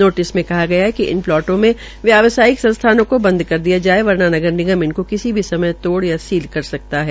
notice मे कहा गया है कि इन प्लाटों में व्यावसायिक संस्थानों को बंद कर दिया जाये वर्ना नगर निगम इनकी किसी भी समय तोड़ या सील कर सकता है